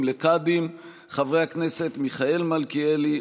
לקאדים חברי הכנסת מיכאל מלכיאלי,